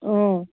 অঁ